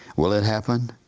will it happen?